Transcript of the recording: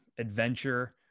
adventure